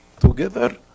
together